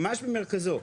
ממש במרכזו,